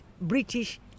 british